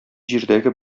җирдәге